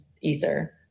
Ether